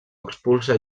expulsa